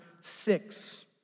six